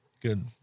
Good